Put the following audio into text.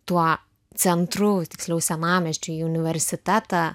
tuo centru tiksliau senamiesčiu į universitetą